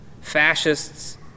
fascists